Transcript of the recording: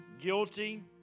guilty